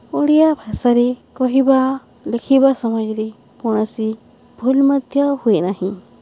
ଓଡ଼ିଆ ଭାଷାରେ କହିବା ଲେଖିବା ସମୟରେ କୌଣସି ଭୁଲ୍ ମଧ୍ୟ ହୁଏ ନାହିଁ